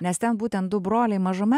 nes ten būtent du broliai mažame